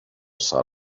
سال